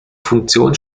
funktion